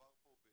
חוק